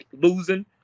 losing